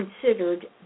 considered